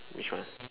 which one